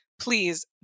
please